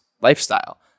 lifestyle